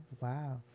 Wow